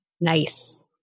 nice